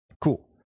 cool